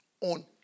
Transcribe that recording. on